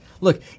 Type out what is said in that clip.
Look